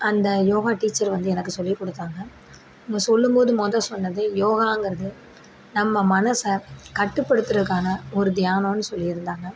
அந்த யோகா டீச்சர் வந்து எனக்கு சொல்லிக்கொடுத்தாங்க அவங்க சொல்லும்போது மொதல் சொன்னது யோகாங்கிறது நம்ம மனசை கட்டுப்படுத்துறக்கான ஒரு தியானம்னு சொல்லியிருந்தாங்க